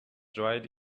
dried